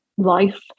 life